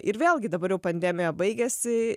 ir vėlgi dabar jau pandemija baigėsi